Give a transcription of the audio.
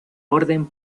orden